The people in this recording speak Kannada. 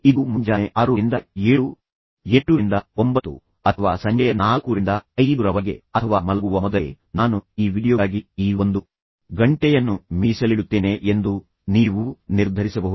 ಇದು ಮುಂಜಾನೆ 6 ರಿಂದ 78 ರಿಂದ 9 ಅಥವಾ ಸಂಜೆ 4 ರಿಂದ 5 ರವರೆಗೆ ಅಥವಾ ಮಲಗುವ ಮೊದಲೇ ನಾನು ಈ ವೀಡಿಯೊಗಾಗಿ ಈ ಒಂದು ಗಂಟೆಯನ್ನು ಮೀಸಲಿಡುತ್ತೇನೆ ಎಂದು ನೀವು ನಿರ್ಧರಿಸಬಹುದು